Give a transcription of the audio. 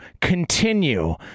continue